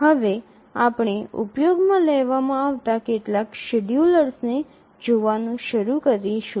હવે આપણે ઉપયોગમાં લેવામાં આવતા કેટલાક શેડ્યુલરને જોવાનું શરૂ કરીશું